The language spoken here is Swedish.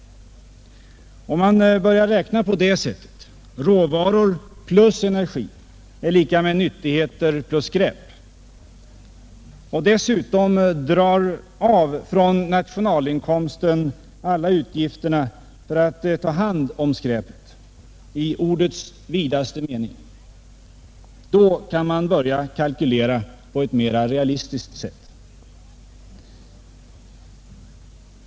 Om man börjar räkna på det sättet, råvaror plus energi är lika med nyttigheter plus skräp, och dessutom drar av från nationalinkomsten alla utgifter för att ta hand om skräpet — i ordets vidaste mening — kan man börja kalkylera mera realistiskt.